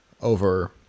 over